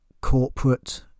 corporate